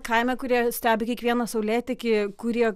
kaime kurie stebi kiekvieną saulėtekį kurie